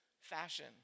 fashion